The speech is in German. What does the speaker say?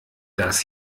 das